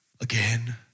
Again